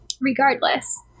regardless